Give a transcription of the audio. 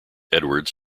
edwards